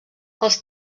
els